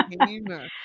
Hamer